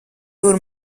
tur